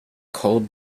cold